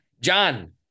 John